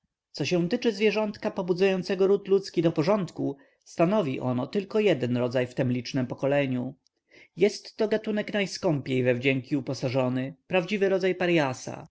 co się tyczy zwierzątka pobudzającego ród ludzki do porządku stanowi ono tylko jeden rodzaj w tem licznem pokoleniu jestto gatunek najskąpiej we wdzięki uposażony prawdziwy rodzaj parjasa